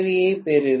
யைப் பெறுவேன்